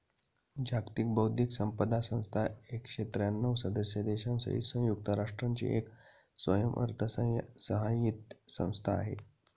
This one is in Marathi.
जागतिक बौद्धिक संपदा संस्था एकशे त्र्यांणव सदस्य देशांसहित संयुक्त राष्ट्रांची एक स्वयंअर्थसहाय्यित संस्था आहे